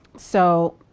so,